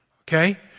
okay